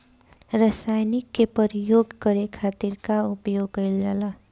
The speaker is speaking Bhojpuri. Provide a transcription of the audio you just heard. रसायनिक के प्रयोग करे खातिर का उपयोग कईल जाला?